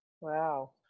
Wow